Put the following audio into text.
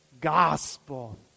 gospel